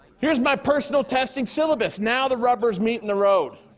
here's my personal testing syllabus, now the rubber is meeting the road.